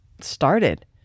started